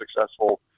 successful